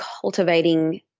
cultivating